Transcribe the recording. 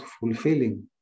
fulfilling